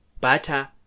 butter